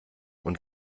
und